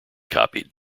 copied